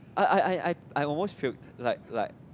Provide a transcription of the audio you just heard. I I I I almost puke like like